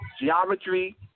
geometry